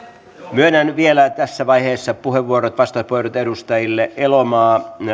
myönnän vielä tässä vaiheessa vastauspuheenvuorot edustajille elomaa